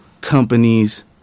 companies